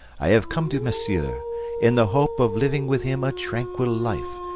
i have come to monsieur in the hope of living with him a tranquil life,